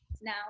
now